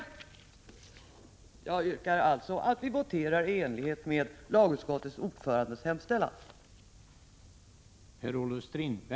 Jag yrkar alltså att vi voterar i enlighet med hemställan från lagutskottets ordförande.